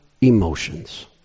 emotions